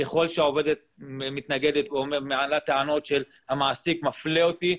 ככל שהעובדת מתנגדת או מעלה טענות של - המעסיק מפלה אותי,